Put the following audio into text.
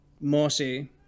Mossy